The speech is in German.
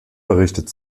berichtet